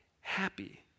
happy